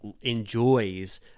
enjoys